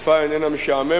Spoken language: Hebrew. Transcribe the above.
התקופה איננה משעממת,